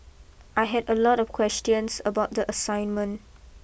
I had a lot of questions about the assignment